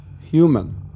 human